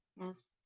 yes